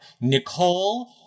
nicole